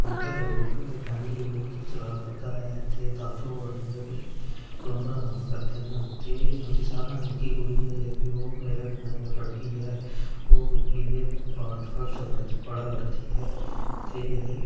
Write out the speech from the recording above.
अपने घरै गी फैमली गी बी चला करदा ऐ ते तातो होर न जेह्ड़े पलम्बरा दा कम्म करदे न ते उं'दी सारें शा निक्की कुड़ी ऐ जेह्की ओह् मेरे कन्नै गै पढ़ी दी ऐ ओह् बी ऐ पार्ट थर्ड़ च पढ़ा करदी ऐ